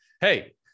Hey